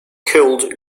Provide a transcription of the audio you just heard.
killed